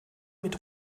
mit